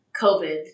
COVID